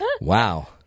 Wow